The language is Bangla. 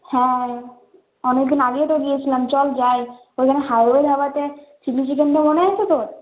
হ্যাঁ অনেকদিন আগেও তো গিয়েছিলাম চল যাই ওইদিন হাইওয়ে ধাবাতে চিলি চিকেনটা মনে আছে তো